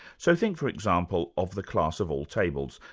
so think for example of the class of all tables,